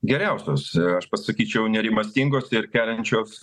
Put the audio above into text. geriausios aš pasakyčiau nerimastingos ir keliančios